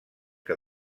que